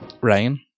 Ryan